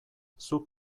zuk